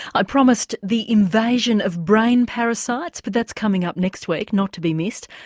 i promised the invasion of brain parasites but that's coming up next week, not to be missed.